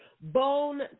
bone